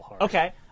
Okay